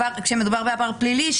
כשמדובר בעבר פלילי,